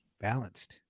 Balanced